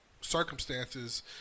circumstances